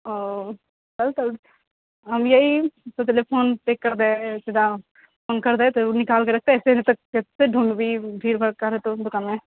ओ चलूँ तऽ हम एही सोचलिय की फोनपे करि देबै सीधा फ़ोन करि देब तऽ ओ निकालि कऽ रखतै तऽ एबै ने तऽ कते ढूँढबै भीड़ भर्रका रहतौ दुकानमे